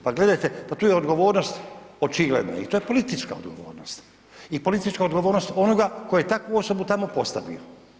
Pa gledajte, tu je odgovornost očigledna i to je politička odgovornost i politička odgovornost onoga koji je takvu osobu tamo postavio.